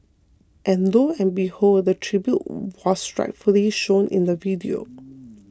and lo and behold the tribute was rightfully shown in the video